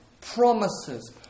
promises